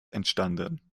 entstanden